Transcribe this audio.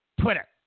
Twitter